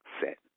set